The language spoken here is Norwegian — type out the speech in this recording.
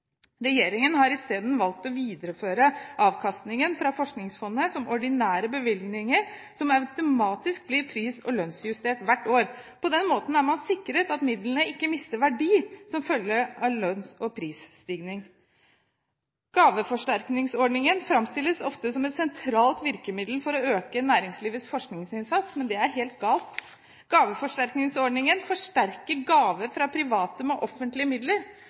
Regjeringen har isteden valgt å videreføre avkastningen fra Forskningsfondet som ordinære bevilgninger som automatisk blir pris- og lønnsjustert hvert år. På den måten er man sikret at midlene ikke mister verdi som følge av lønns- og prisstigning. Gaveforsterkningsordningen framstilles ofte som et sentralt virkemiddel for å øke næringslivets forskningsinnsats, men det er helt galt. Gaveforsterkningsordningen forsterker gaver fra private med offentlige midler.